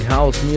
House